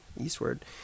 eastward